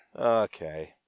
Okay